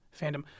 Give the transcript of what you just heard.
fandom